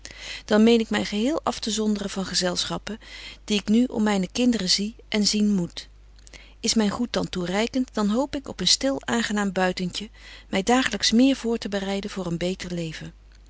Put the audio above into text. dan meen ik my geheel aftezonderen van gezelschappen die ik nu om myne kinderen zie en zien moet is myn goed dan toereikent dan hoop ik op een stil aangenaam buitentje my daaglyks meer voor te bereiden voor een beter leven